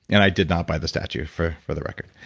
and i did not buy the statue, for for the record.